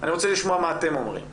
אני רוצה לשמוע מה אתם אומרים.